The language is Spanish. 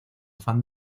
fan